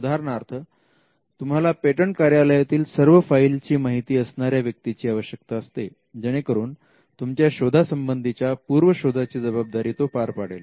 उदाहरणार्थ तुम्हाला पेटंट कार्यालयातील सर्व फाईलची माहिती असणाऱ्या व्यक्तीची आवश्यकता असते जेणेकरून तुमच्या शोधा संबंधीच्या पूर्व शोधाची जबाबदारी तो पार पडेल